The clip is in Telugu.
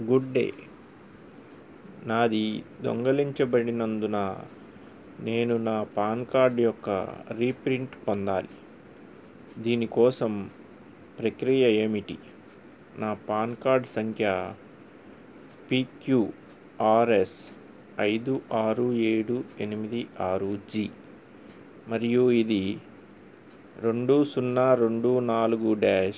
గుడ్ డే నాది దొంగలించబడినందున నేను నా పాన్ కార్డ్ యొక్క రీప్రింట్ పొందాలి దీని కోసం ప్రక్రియ ఏమిటి నా పాన్ కార్డ్ సంఖ్య పి క్యూ ఆర్ ఎస్ ఐదు ఆరు ఏడు ఎనిమిది ఆరు జి మరియు ఇది రెండు సున్నా రెండు నాలుగు డ్యాష్